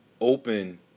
open